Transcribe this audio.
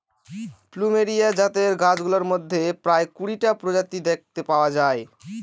plumeria জাতের গাছগুলোর মধ্যে প্রায় কুড়িটা প্রজাতি দেখতে পাওয়া যায়